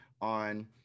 on